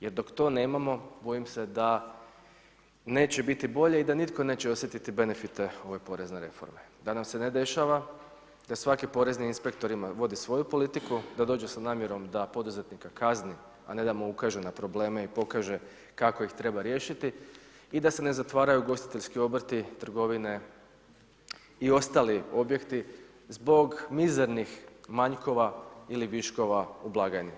Jer dok to nemamo, bojim se da neće biti bolje i da nitko neće osjetiti benefite ove porezne reforme, da nam se ne dešava da svaki porezni inspektor vodi svoju politiku, da dođe sa namjerom da poduzetnika kazni a ne da mu ukaže na probleme i pokaže kako ih treba riješiti i da se ne zatvaraju ugostiteljski obrti, trgovine i ostali objekti zbog mizernih manjkova ili viškova u blagajni.